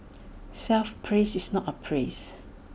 self praise is not A praise